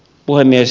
puhemies